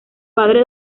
padre